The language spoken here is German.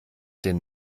den